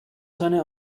seine